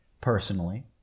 personally